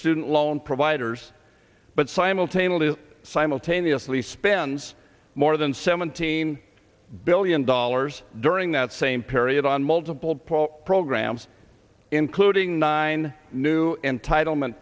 student loan providers but simultaneously simultaneously spends more than seventeen billion dollars earning that same period on multiple programs including nine new entitlement